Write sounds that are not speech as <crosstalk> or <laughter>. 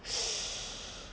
<noise>